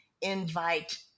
invite